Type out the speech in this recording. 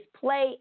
play